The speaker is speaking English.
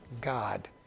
God